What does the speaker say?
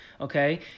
Okay